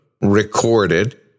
recorded